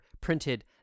printed